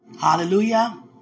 Hallelujah